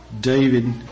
David